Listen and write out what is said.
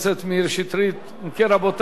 אם כן, רבותי, אנחנו עוברים להצבעה.